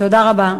תודה רבה.